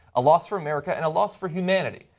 a loss for america, and a loss for humanity,